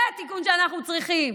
זה התיקון שאנחנו צריכים.